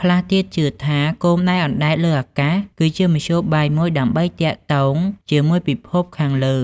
ខ្លះទៀតជឿថា គោមដែលអណ្តែតលើអាកាស គឺជាមធ្យោបាយមួយដើម្បីទាក់ទងជាមួយពិភពលោកខាងលើ